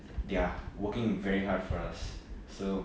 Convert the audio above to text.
they are working very hard for us so